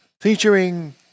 Featuring